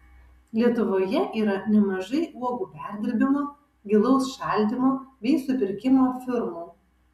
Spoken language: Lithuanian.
lietuvoje yra nemažai uogų perdirbimo gilaus šaldymo bei supirkimo firmų